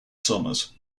summers